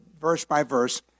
verse-by-verse